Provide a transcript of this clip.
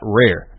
rare